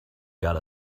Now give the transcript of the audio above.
got